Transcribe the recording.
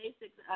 basics